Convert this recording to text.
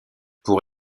pour